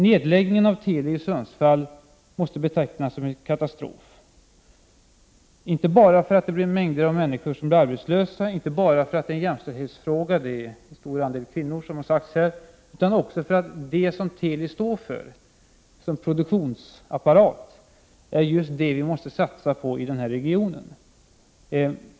Nedläggningen av Teli i Sundsvall måste betecknas som en katastrof, inte bara för att en stor mängd människor blir arbetslösa, inte bara för att det är en jämställdhetsfråga — en stor del av de anställda är, som redan sagts här, kvinnor — utan också för att det som Teli står för som produktionsapparat är just det som vi måste satsa på i den här regionen.